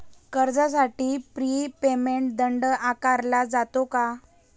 कर्जासाठी prepayment दंड आकारला जातो का?